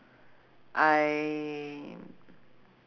I